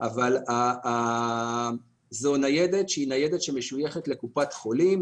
זו ניידת שמשויכת לקופת חולים,